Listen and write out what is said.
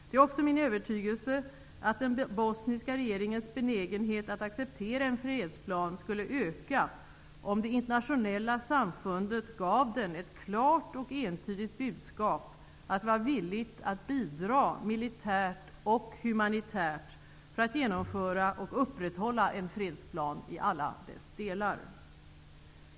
Det är också min övertygelse att den bosniska regeringens benägenhet att acceptera en fredsplan skulle öka om det internationella samfundet gav den ett klart och entydigt budskap att det var villigt att bidra militärt och humanitärt för att genomföra och upprätthålla en fredsplan i alla dess delar.